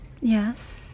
Yes